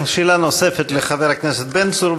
שאלה נוספת לחבר הכנסת בן צור,